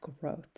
growth